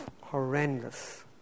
Horrendous